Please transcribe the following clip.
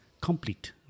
complete